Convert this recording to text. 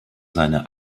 seine